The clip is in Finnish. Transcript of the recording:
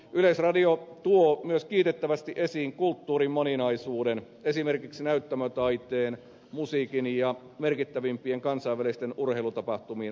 yleisradio tuo myös kiitettävästi esiin kulttuurin moninaisuuden esimerkiksi näyttämötaiteen musiikin ja merkittävimpien kansainvälisten urheilutapahtumien osalta